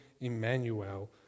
Emmanuel